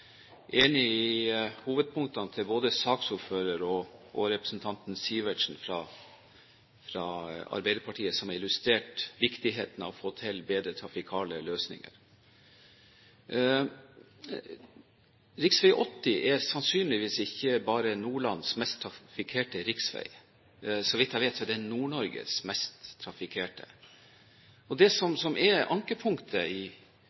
enig i hovedpunktene til både saksordføreren og representanten Sivertsen fra Arbeiderpartiet, som illustrerte viktigheten av å få til bedre trafikale løsninger. Rv. 80 er sannsynligvis ikke bare Nordlands mest trafikkerte riksvei – så vidt jeg vet, er det Nord-Norges mest trafikkerte. Det som er ankepunktet fra min side, er at man ikke er i